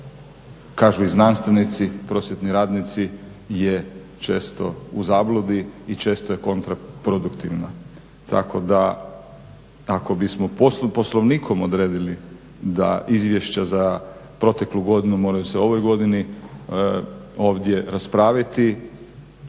kažu i znanstvenici, prosvjetni radnici je često u zabludi i često je kontraproduktivna. Tako da ako bismo Poslovnikom odredili da izvješća za proteklu godinu moraju se u ovoj godini ovdje raspraviti,